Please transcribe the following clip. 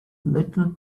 little